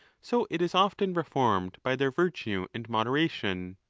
so it is often reformed by their virtue and moderation.